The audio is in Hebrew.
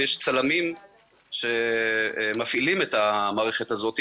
ויש צלמים שמפעילים את המערכת הזאת.